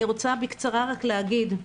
אני רוצה בקצרה רק להגיד,